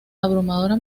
abrumadora